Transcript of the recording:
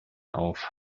auf